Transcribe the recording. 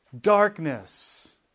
darkness